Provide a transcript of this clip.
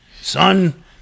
Son